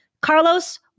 Carlos